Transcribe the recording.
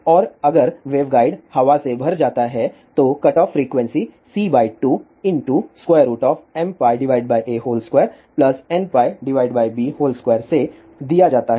और अगर वेवगाइड हवा से भर जाता है तो कटऑफ फ्रीक्वेंसी c2mπa2nπb2 से दिया जाता है यह कटऑफ फ्रीक्वेंसी है